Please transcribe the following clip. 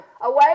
away